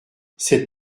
cette